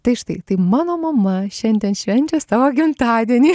tai štai tai mano mama šiandien švenčia savo gimtadienį